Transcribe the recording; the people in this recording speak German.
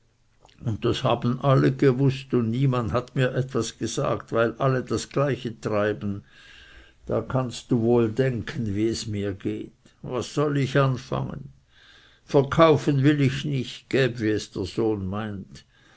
und das haben alle gewußt und niemand mir etwas gesagt weil alle das gleiche treiben da kannst du wohl denken wie es mir geht was soll ich anfangen verkaufen will ich nicht gäb wie es der sohn meint